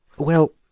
well,